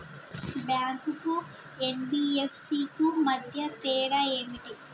Bank కు NBFC కు మధ్య తేడా ఏమిటి?